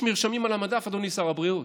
יש מרשמים על המדף, אדוני שר הבריאות.